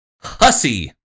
hussy